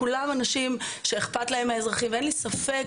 כולם אנשים שאכפת להם מהאזרחים ואין לי ספק,